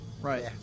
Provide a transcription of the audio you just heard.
Right